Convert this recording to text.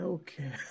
Okay